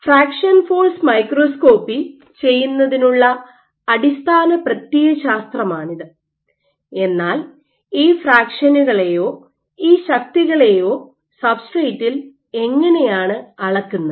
fraction force microscopy ചെയ്യുന്നതിനുള്ള അടിസ്ഥാന പ്രത്യയശാസ്ത്രമാണിത് എന്നാൽ ഈ ഫ്രാക്ഷനുകളെയോ ഈ ശക്തികളെയോ സബ്സ്ട്രേറ്റിൽ എങ്ങനെയാണ് അളക്കുന്നത്